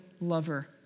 lover